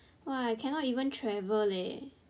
!wah! cannot even travel eh